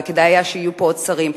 וכדאי שיהיו פה עוד שרים.